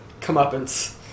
comeuppance